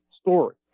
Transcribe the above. story